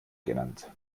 genannt